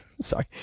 Sorry